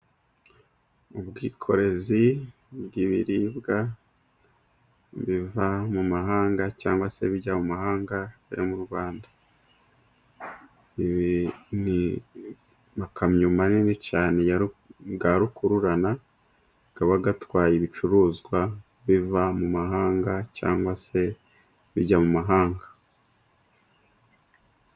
Ubwikorezi bw'ibiribwa biva mu mahanga cyangwa se bijya mu mahanga biva mu Rwanda. Ibi ni amakamyo manini cyane ya rukururana aba atwaye ibicuruzwa biva mu mahanga cg se bijya mu mahanga.